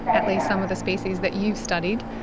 at least some of the species that you've studied,